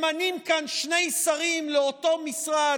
ממנים כאן שני שרים לאותו משרד,